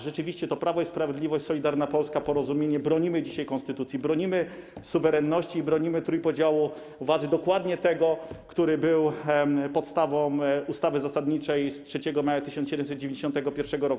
Rzeczywiście to Prawo i Sprawiedliwość, Solidarna Polska, Porozumienie bronią dzisiaj konstytucji, bronią suwerenności i bronią trójpodziału władzy, dokładnie tego, który był podstawą ustawy zasadniczej z 3 maja 1791 r.